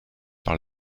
par